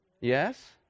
Yes